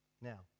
Now